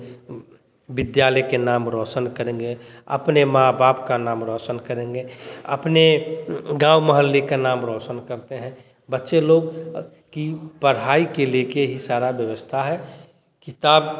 विद्यालय के नाम रौशन करेंगे अपने माँ बाप का नाम रौशन करेंगे अपने गाँव मोहल्ले का नाम रौशन करते हैं बच्चे लोग की पढ़ाई को ले कर ही सारा व्यवस्था है किताब